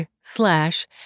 slash